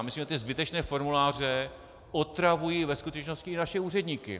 Myslím, že zbytečné formuláře otravují ve skutečnosti i naše úředníky.